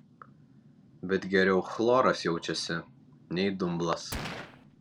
bet geriau chloras jaučiasi nei dumblas